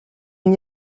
n’y